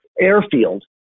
airfield